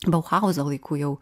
bauhauzo laiku jau